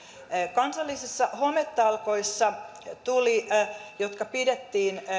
kansallisissa hometalkoissa jotka pidettiin